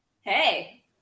Hey